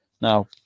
Now